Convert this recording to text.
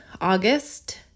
August